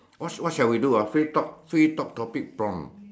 what's what's shall we do ah free talk free talk topic prompt